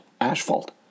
asphalt